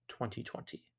2020